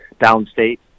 downstate